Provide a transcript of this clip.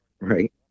right